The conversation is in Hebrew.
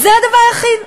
זה הדבר היחיד.